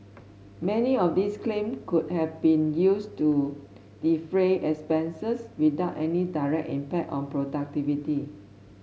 many of these claim could have been used to defray expenses without any direct impact on productivity